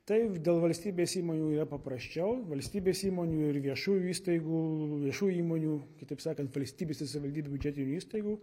taip dėl valstybės įmonių yra paprasčiau valstybės įmonių ir viešųjų įstaigų viešųjų įmonių kitaip sakant valstybės ir savivaldybių biudžetinių įstaigų